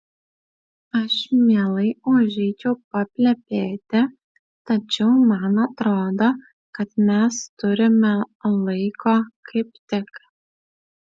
aš mielai užeičiau paplepėti tačiau man atrodo kad mes turime laiko kaip tik